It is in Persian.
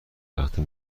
تخته